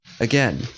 Again